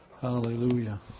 Hallelujah